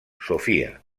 sofia